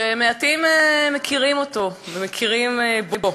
שמעטים מכירים אותו ומכירים בו.